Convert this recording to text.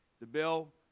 the bill,